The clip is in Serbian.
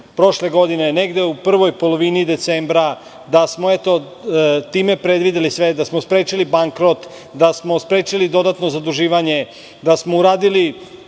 prošle godine, negde u prvoj polovini decembra, da smo eto time predvideli sve, da smo sprečili bankrot, da smo sprečili dodatno zaduživanje, da smo uradili